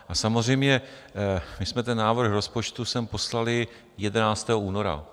A samozřejmě my jsme ten návrh rozpočtu sem poslali 11. února 2022.